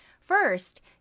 First